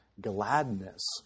gladness